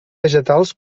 vegetals